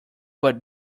but